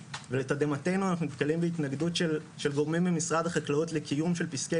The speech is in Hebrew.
ולתדהמתנו אנחנו נתקלים בהתנגדות של גורמים ממשרד החקלאות לקיום של פסקי